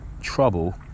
trouble